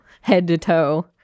head-to-toe